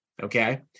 okay